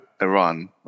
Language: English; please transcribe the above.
Iran